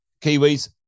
Kiwis